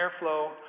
airflow